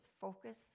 focus